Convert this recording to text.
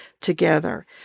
together